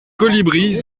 colibris